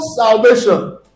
salvation